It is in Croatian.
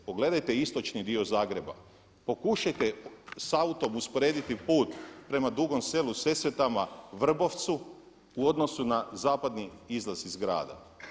Pogledajte istočni dio Zagreba, pokušajte s autom usporediti put prema Dugom Selu, Sesvetama, Vrbovcu u odnosu na zapadni izlaz iz grada.